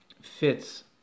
fits